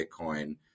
Bitcoin